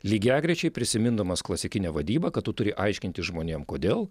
lygiagrečiai prisimindamas klasikinę vadybą kad tu turi aiškinti žmonėm kodėl